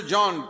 John